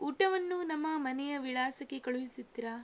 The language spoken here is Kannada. ಊಟವನ್ನು ನಮ್ಮ ಮನೆಯ ವಿಳಾಸಕ್ಕೆ ಕಳುಹಿಸುತ್ತೀರ